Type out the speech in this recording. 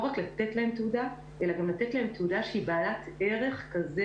לא רק לתת להם תעודה אלא גם לתת להם תעודה שהיא בעלת ערך כזה